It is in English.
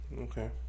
Okay